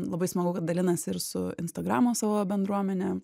labai smagu kad dalinasi ir su instagramo savo bendruomene